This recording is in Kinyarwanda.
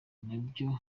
nabyo